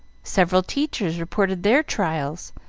several teachers reported their trials,